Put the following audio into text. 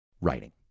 writing